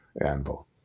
anvil